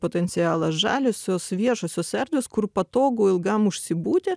potencialą žaliosios viešosios erdvės kur patogu ilgam užsibūti